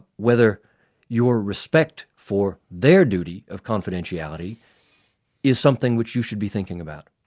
whether your respect for their duty of confidentiality is something which you should be thinking about.